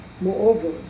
Moreover